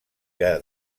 que